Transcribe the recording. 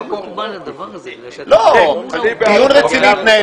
התנהל כאן דיון רציני.